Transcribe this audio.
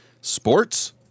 sports